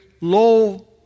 low